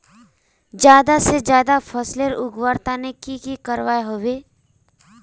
ज्यादा से ज्यादा फसल उगवार तने की की करबय होबे?